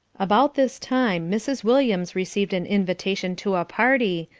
about this time mrs. williams received an invitation to a party,